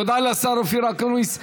תודה לשר אופיר אקוניס.